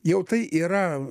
jau tai yra